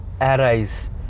arise